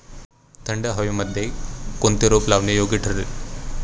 थंड हवेमध्ये कोणते रोप लावणे योग्य ठरेल?